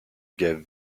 gave